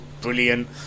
brilliant